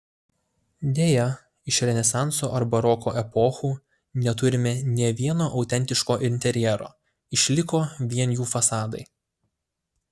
deja iš renesanso ar baroko epochų neturime nė vieno autentiško interjero išliko vien jų fasadai